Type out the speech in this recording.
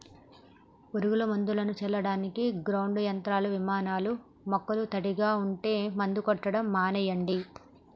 పురుగు మందులను చల్లడానికి గ్రౌండ్ యంత్రాలు, విమానాలూ మొక్కలు తడిగా ఉంటే మందు కొట్టడం మానెయ్యండి